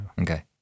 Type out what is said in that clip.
Okay